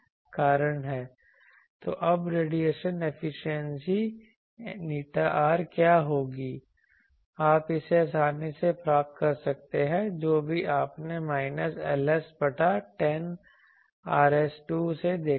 तो अब radiation efficiency ηr क्या होगी आप इसे आसानी से प्राप्त कर सकते हैं जो भी आपने माइनस Ls बटा 10 Rs2 से देखा है